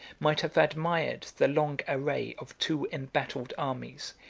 might have admired the long array of two embattled armies,